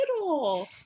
little